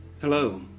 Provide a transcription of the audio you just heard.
Hello